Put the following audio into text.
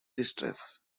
distrust